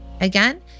Again